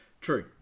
True